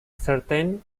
certain